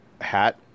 hat